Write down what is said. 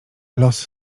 los